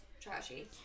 trashy